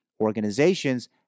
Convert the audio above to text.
organizations